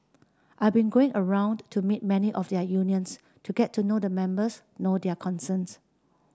I've been going around to meet many of their unions to get to know the members know their concerns